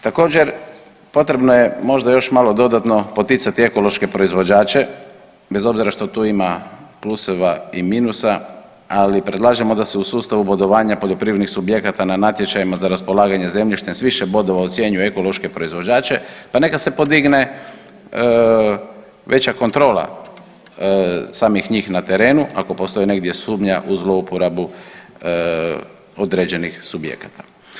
Također potrebno je možda još malo dodatno poticati ekološke proizvođače bez obzira što tu ima pluseva i minusa, ali predlažemo da se u sustavu bodovanja poljoprivrednih subjekata na natječajima za raspolaganje zemljištem s više bodova ocjenjuje ekološki proizvođače, pa neka se podigne veća kontrola samih njih na terenu ako postoji negdje sumnja u zlouporabu određenih subjekata.